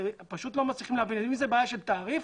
אם זה בעיה של תעריף